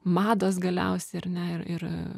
mados galiausia ar ne ir ir